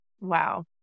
wow